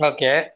Okay